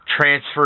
transfer